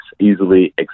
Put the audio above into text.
easily